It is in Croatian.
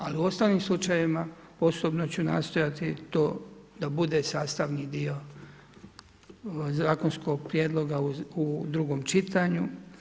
Ali, u ostalim slučajevima, osobno ću nastojati to da bude sastavni dio zakonskog prijedloga u drugom čitanju.